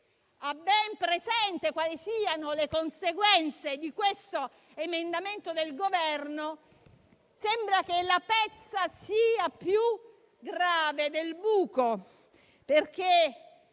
ha ben presente quali siano le conseguenze di questo emendamento del Governo, sembra che la pezza sia peggiore del buco, perché